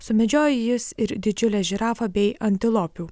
sumedžiojo jis ir didžiulę žirafą bei antilopių